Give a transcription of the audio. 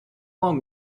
long